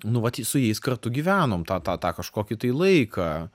nu vat su jais kartu gyvenom tą tą tą kažkokį tai laiką